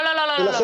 לא, לא, לא, לא.